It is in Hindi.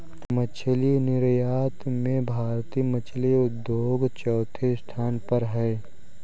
मछली निर्यात में भारतीय मछली उद्योग चौथे स्थान पर है